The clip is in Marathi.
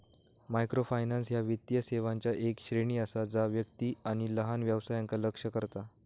मायक्रोफायनान्स ह्या वित्तीय सेवांचा येक श्रेणी असा जा व्यक्ती आणि लहान व्यवसायांका लक्ष्य करता